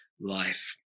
life